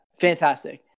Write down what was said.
Fantastic